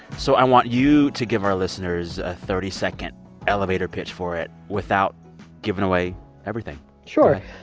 so i want you to give our listeners a thirty second elevator pitch for it without giving away everything sure.